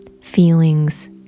feelings